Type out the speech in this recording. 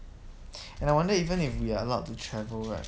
and I wonder even if we are allowed to travel right